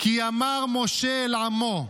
כי אמר משה אל עמו,